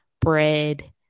bread